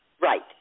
Right